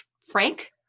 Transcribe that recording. Frank